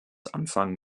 anfang